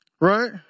Right